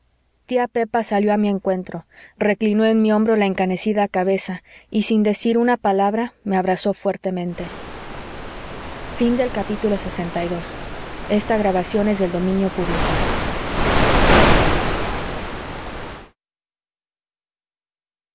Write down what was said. tía pepa salió a mi encuentro reclinó en mi hombro la encanecida cabeza y sin decir una palabra me abrazó fuertemente lxiii